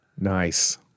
nice